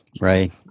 Right